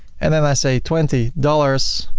and then i say twenty dollars,